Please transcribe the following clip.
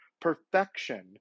perfection